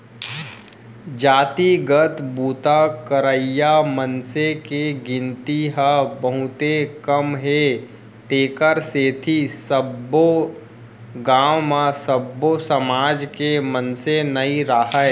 जातिगत बूता करइया मनसे के गिनती ह बहुते कम हे तेखर सेती सब्बे गाँव म सब्बो समाज के मनसे नइ राहय